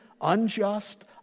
unjust